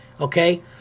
okay